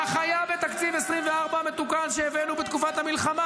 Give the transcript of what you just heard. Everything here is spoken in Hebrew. כך היה בתקציב 2024 המתוקן שהבאנו בתקופת המלחמה,